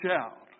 out